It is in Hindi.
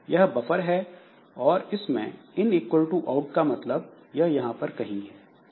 यह बफर है और इसमें इन इक्वल टू आउट का मतलब यह यहां पर कहीं है